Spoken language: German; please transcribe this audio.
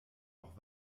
auch